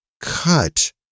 cut